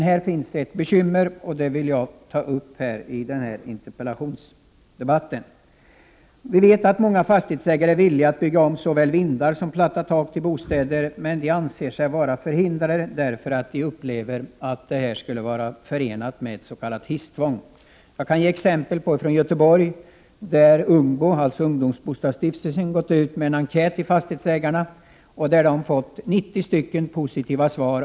Här finns dock ett bekymmer, som jag vill ta upp i denna interpellationsdebatt: Många fastighetsägare är villiga att bygga om såväl vindar som platta tak till bostäder men anser sig förhindrade, därför att de upplever att detta skulle vara förenat med hisstvång. Jag kan ge ett exempel från Göteborg, där ungdomsbostadsstiftelsen Ungbo gick ut med en enkät till fastighetsägarna om möjligheterna att bygga om vindar och tak. Man fick 90 positiva svar.